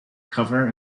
cover